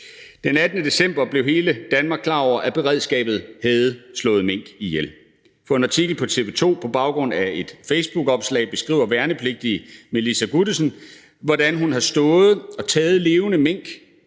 Den 18. december blev hele Danmark klar over, at beredskabet havde slået mink ihjel. I en artikel i TV 2 – på baggrund af et facebookopslag – beskriver værnepligtig Melissa Guttesen, hvordan hun har stået og puttet levende mink,